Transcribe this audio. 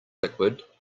liquid